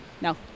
No